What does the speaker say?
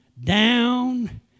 down